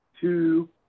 two